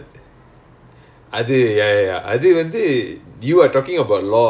ah that [one] too simple for you right அது:athu